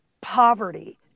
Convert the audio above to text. poverty